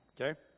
Okay